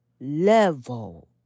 level